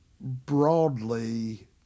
broadly